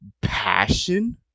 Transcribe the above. Passion